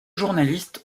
journalistes